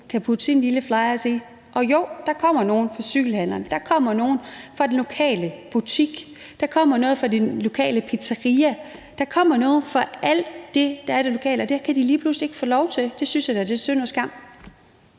og putte sin lille flyer i. Og jo, der kommer nogle fra cykelhandleren, der kommer nogle fra den lokale butik, der kommer noget fra det lokale pizzeria, der kommer noget fra alle dem, der er i det lokale, og det vil de så lige pludselig ikke kunne få lov til. Det synes jeg da er synd og skam.